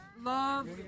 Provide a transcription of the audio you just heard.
love